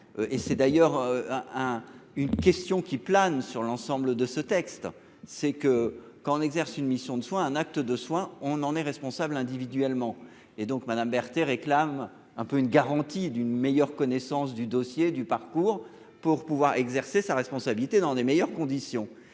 et c'est d'ailleurs hein. Une question qui plane sur l'ensemble de ce texte, c'est que quand on exerce une mission de soins, un acte de soin, on en est responsable individuellement et donc madame Berthe et réclame un peu une garantie d'une meilleure connaissance du dossier du parcours pour pouvoir exercer sa responsabilité dans des meilleures conditions